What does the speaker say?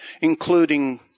including